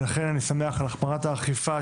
ולכן אני שמח על החמרת האכיפה,